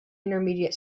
intermediate